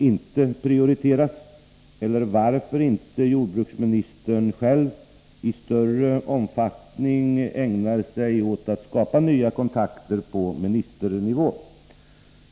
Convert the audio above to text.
Varför ägnar sig inte jordbruksministern själv i större omfattning åt att skapa nya kontakter på ministernivå?